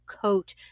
coat